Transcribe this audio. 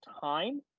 time